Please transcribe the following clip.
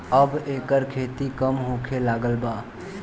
अब एकर खेती कम होखे लागल बा